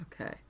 okay